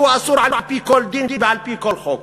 שהוא אסור על-פי כל דין ועל-פי כל חוק.